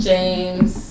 James